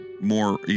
more